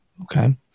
Okay